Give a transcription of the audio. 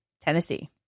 Tennessee